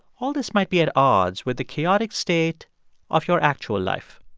all this might be at odds with the chaotic state of your actual life.